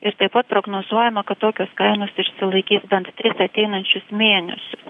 ir taip pat prognozuojama kad tokios kainos išsilaikys bent tris ateinančius mėnesius